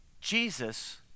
Jesus